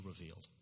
revealed